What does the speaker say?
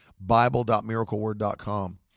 bible.miracleword.com